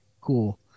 cool